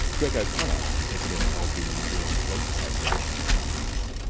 greg o'connor, president of the new zealand police association, explains.